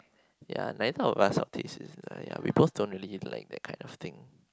ya neither of us our taste is uh ya we both don't really like that kind of thing